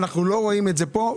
אנחנו לא רואים את זה פה,